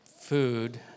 food